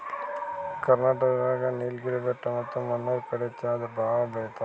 ಕರ್ನಾಟಕ್ ದಾಗ್ ನೀಲ್ಗಿರಿ ಬೆಟ್ಟ ಮತ್ತ್ ಮುನ್ನೂರ್ ಕಡಿ ಚಾ ಭಾಳ್ ಬೆಳಿತಾರ್